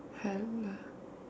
haven't lah